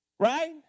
right